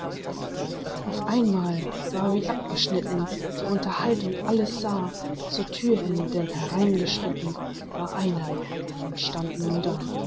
auf einmal war wie abgeschnitten die unterhaltung alles sah zur thür hin denn hereingeschritten war einer noch und stand nun da